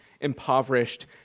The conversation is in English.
impoverished